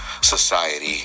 society